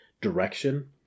direction